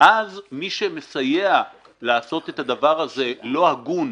אז מי שמסייע לעשות את הדבר הזה לא הגון,